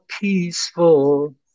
peaceful